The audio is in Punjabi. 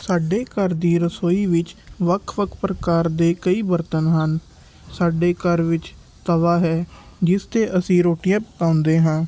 ਸਾਡੇ ਘਰ ਦੀ ਰਸੋਈ ਵਿੱਚ ਵੱਖ ਵੱਖ ਪ੍ਰਕਾਰ ਦੇ ਕਈ ਬਰਤਨ ਹਨ ਸਾਡੇ ਘਰ ਵਿੱਚ ਤਵਾ ਹੈ ਜਿਸ 'ਤੇ ਅਸੀਂ ਰੋਟੀਆਂ ਪਕਾਉਂਦੇ ਹਾਂ